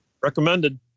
recommended